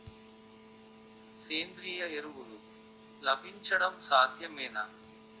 సేంద్రీయ ఎరువులు లభించడం సాధ్యమేనా?